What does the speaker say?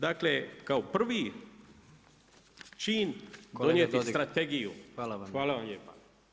Dakle, kao prvi čin donijeti strategiju [[Upadica predsjednik: Kolega Dodig!]] Hvala vam lijepa.